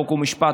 חוק ומשפט,